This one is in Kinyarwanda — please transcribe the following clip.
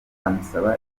amusaba